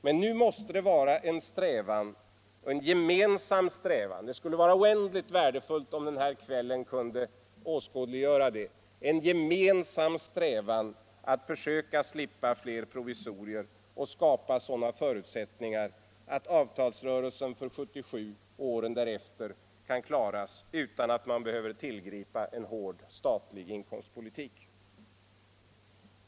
Men nu måste det vara en gemensam strävan — och det skulle vara oändligt värdefullt om denna kväll kunde åskådliggöra det — att försöka slippa fler provisorier och i stället skapa sådana förutsättningar att avtalsrörelsen för 1977 och åren därefter kan klaras utan att man behöver tillgripa en hård statlig inkomstpolitik.